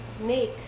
make